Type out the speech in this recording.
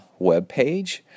webpage